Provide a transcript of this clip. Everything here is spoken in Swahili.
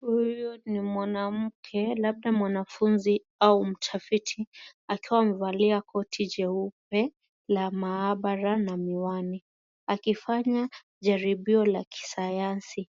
Huyu ni mwanamke labda mwanafunzi au mtafiti akiwa amevalia koti jeupe la maabara na miwani akifanya jaribio la kisayansi.